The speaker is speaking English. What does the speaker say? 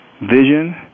vision